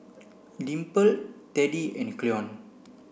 Dimple Teddie and Cleon